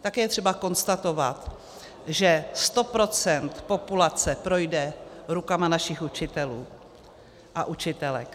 Také je třeba konstatovat, že 100 % populace projde rukama našich učitelů a učitelek.